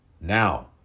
now